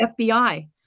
FBI